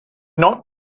not